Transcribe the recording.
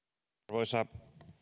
arvoisa